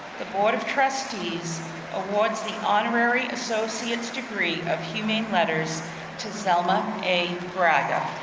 the board of trustees awards the honorary associate's degree of humane letters to zelma a. bragger.